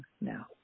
now